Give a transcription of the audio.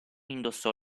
indossò